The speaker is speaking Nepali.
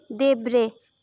देब्रे